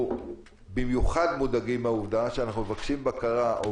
אנחנו במיוחד מודאגים מהעובדה שאנחנו מבקשים בקרה או